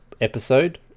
episode